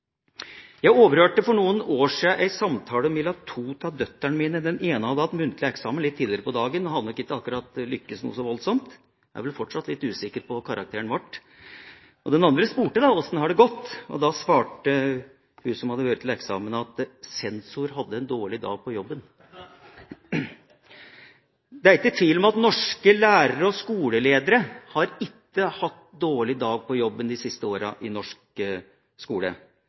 Jeg overhørte for noen år siden en samtale mellom to av døtrene mine. Den ene hadde hatt muntlig eksamen tidligere på dagen og hadde nok ikke akkurat lyktes så voldsomt – jeg er fortsatt litt usikker på hva karakteren ble. Den andre spurte om hvordan det hadde gått, og da svarte hun som hadde hatt eksamen, at sensor hadde en dårlig dag på jobben. Det er ikke tvil om at lærere og skoleledere ikke har hatt dårlige dager på jobben de siste åra i norsk skole